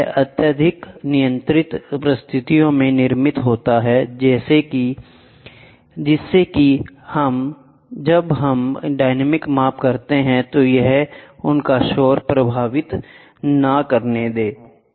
यह अत्यधिक नियंत्रित परिस्थितियों में निर्मित होता है जैसे कि जब हम डायनामिक माप करते हैं तो उनका शोर प्रभावित नहीं करता है